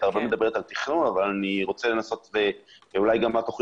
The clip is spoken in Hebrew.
את לא מדברת על תכנון אבל אני רוצה לנסות ואולי גם את תוכלי